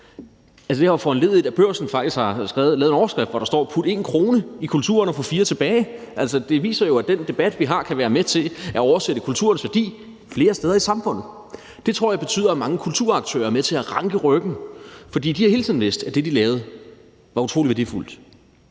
det har jo foranlediget, at Børsen faktisk har lavet en overskrift, hvor der står: Put 1 kr. i kulturen, og få 4 tilbage. Altså, det viser jo, at den debat, vi har, kan være med til at oversætte kulturens værdi flere steder i samfundet. Det tror jeg betyder, at mange kulturaktører er med til at ranke ryggen, for de har hele tiden vidst, at det, de lavede, var utrolig værdifuldt.